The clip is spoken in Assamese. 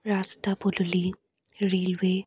ৰাস্তা পদুলি ৰেলৱে